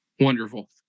Wonderful